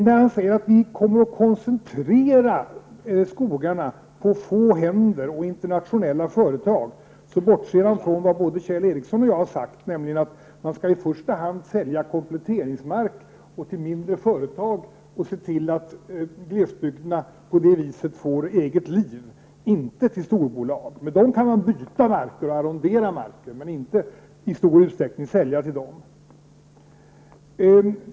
När han säger att vi kommer att koncentrera skogarna på få händer och på internationella företag, bortser han från det både Kjell Ericsson och jag har sagt, nämligen att man i första hand skall sälja kompletteringsmark till mindre företag och se till att glesbygderna på det viset får eget liv, inte till storbolag. De kan byta marker och arrendera marker, men man skall inte i stor utsträckning sälja till dem.